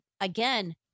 again